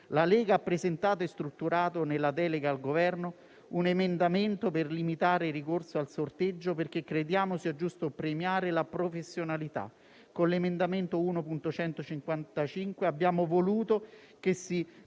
La Lega ha presentato e strutturato nella delega al Governo un emendamento per limitare il ricorso al sorteggio, perché crediamo sia giusto premiare la professionalità. Con l'emendamento 1.155 abbiamo voluto che si prevedessero